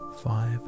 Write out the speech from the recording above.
five